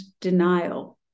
denial